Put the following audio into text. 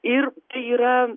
ir tai yra